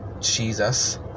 Jesus